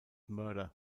murder